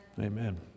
Amen